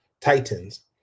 Titans